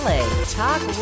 Talk